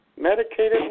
Medicated